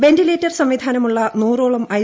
ventilator സംവിധാനമുള്ള നൂറോളം I